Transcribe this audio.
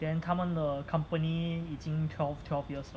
then 他们的 company 已经 twelve twelve years 了